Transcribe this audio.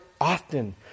often